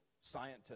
scientists